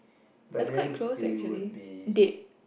by then we would be